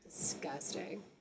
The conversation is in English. Disgusting